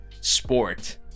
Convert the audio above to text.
sport